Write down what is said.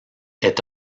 est